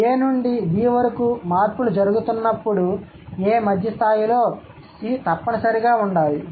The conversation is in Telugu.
A నుండి B వరకు మార్పులు జరుగుతున్నప్పుడు A మధ్య స్థాయిలో C తప్పనిసరిగా ఉండాలి